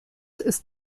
ist